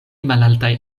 malaltaj